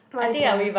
why sia